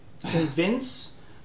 convince